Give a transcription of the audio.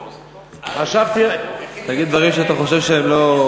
תגיד דברים שאתה חושב שהם לא,